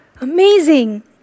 amazing